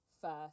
first